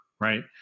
right